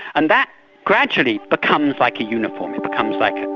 and that gradually becomes like a uniform, it becomes like a